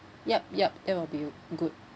yup yup that will be good